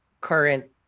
current